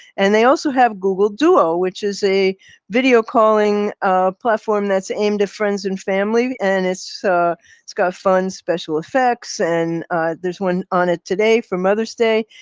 and they also have google duo, which is a video calling platform that's aimed to friends and family. and it's so it's got fun, special effects. and there's one on it today for mother's day.